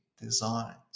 designs